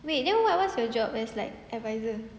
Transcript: wei then what what's your job as like advisor